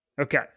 Okay